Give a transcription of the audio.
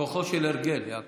כוחו של הרגל, יעקב.